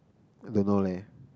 don't know leh